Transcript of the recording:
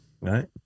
Right